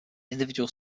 individual